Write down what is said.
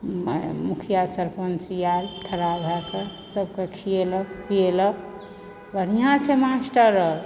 मऽ मुखिआ सरपञ्च आयल ठरा भयकऽ सभक खियलक पियलक बढ़िआँ छै मास्टर अर